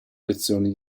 lezioni